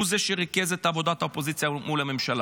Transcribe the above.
הוא זה שריכז את עבודת האופוזיציה מול הממשלה.